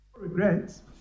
Regrets